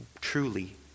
truly